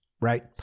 Right